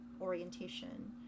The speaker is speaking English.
orientation